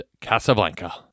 Casablanca